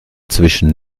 zwischen